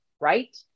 right